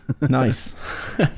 Nice